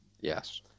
Yes